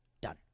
Done